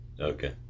okay